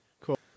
Cool